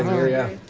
marisha